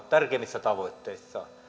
tärkeimmissä tavoitteissaan